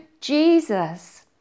Jesus